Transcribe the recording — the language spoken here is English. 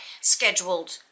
scheduled